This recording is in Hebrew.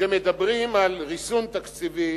כשמדברים על ריסון תקציבי